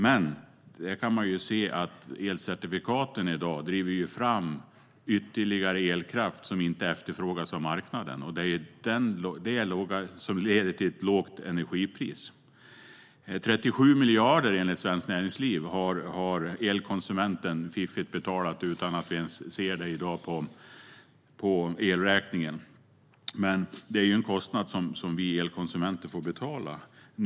Men man kan se att elcertifikaten i dag driver fram ytterligare elkraft som inte efterfrågas av marknaden. Det är det som leder till ett lågt energipris. Elkonsumenten har enligt Svenskt Näringsliv fiffigt betalat 37 miljarder utan att vi ens ser det på elräkningen i dag. Det är en kostnad som vi elkonsumenter får betala.